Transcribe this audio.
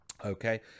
Okay